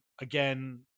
again